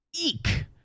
eek